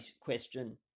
question